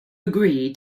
agree